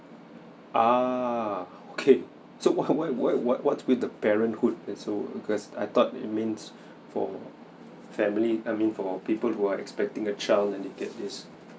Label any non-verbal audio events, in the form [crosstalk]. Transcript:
ah okay [laughs] so what what what what what's with the parenthood and so because I thought it means for family I mean for people who are expecting a child and they get this